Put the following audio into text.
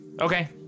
Okay